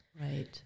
Right